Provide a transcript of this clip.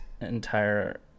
entire